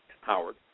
Howard